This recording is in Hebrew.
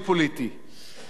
לכן אני מבקש היום,